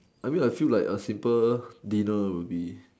I mean I feel like a simple dinner would be